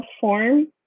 form